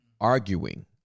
arguing